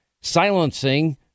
silencing